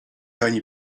ani